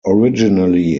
originally